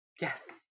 Yes